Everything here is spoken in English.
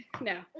No